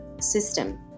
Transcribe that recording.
system